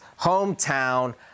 hometown